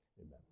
amen